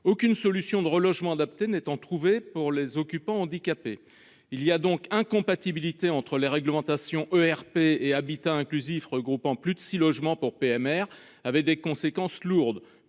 aucune solution de relogement adaptée n'en trouver pour les occupants handicapé. Il y a donc incompatibilité entre les réglementations ERP et habitat inclusif regroupant plus de 6 logements pour PMR avait des conséquences lourdes